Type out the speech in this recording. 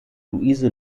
luise